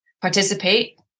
participate